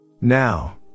Now